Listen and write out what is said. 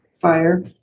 fire